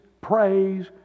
praise